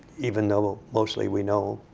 even though mostly we know